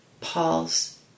Paul's